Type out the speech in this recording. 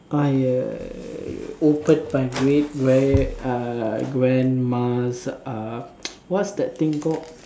uh ya opened my great uh grandma's uh what's that thing called